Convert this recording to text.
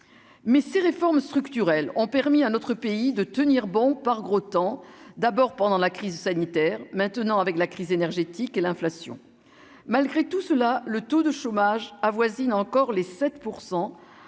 mais ces réformes structurelles ont permis à notre pays de tenir bon par gros temps d'abord pendant la crise sanitaire maintenant, avec la crise énergétique et l'inflation malgré tout cela, le taux de chômage avoisine encore les